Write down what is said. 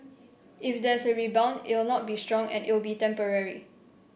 if there's a rebound it'll not be strong and it'll be temporary